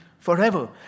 Forever